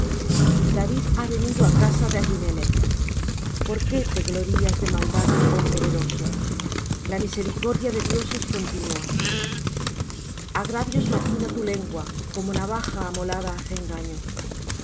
david ha venido á casa de ahimelech por qué te glorías de maldad oh poderoso la misericordia de dios es continua agravios maquina tu lengua como navaja amolada hace engaño